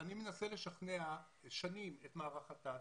אני מנסה לשכנע שנים את מערך הת"ש